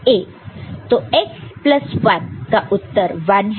तो x plus 1 का उत्तर 1 है